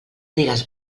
digues